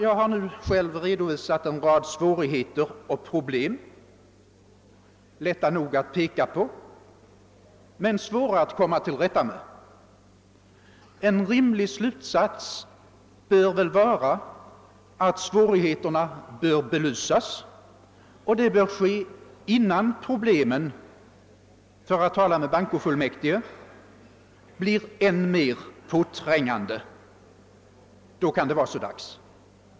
Jag har nu själv redovisat en rad svårigheter och problem — lätta nog att peka på men svåra att komma till rätta med. En rimlig slutsats bör väl vara att svårigheterna skall belysas, och detta bör ske innan problemen — för att tala med bankofullmäktige — blir än mer påträngande. Då kan det vara så dags.